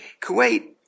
Kuwait